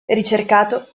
ricercato